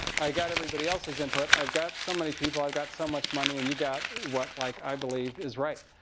i got everybody else's input, i've got so many people, i've got so much money and you got what like i believe is right.